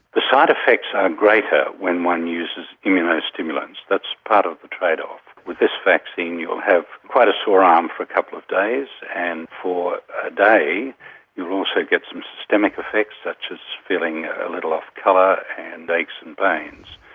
the side effects are greater when one uses immuno-stimulants, that's part of the trade-off. with this vaccine you'll have quite a sore arm for a couple of days, and for a day you will also get some systemic effects such as feeling a little off-colour and aches and pains.